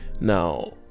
Now